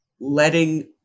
letting